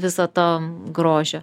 viso to grožio